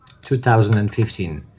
2015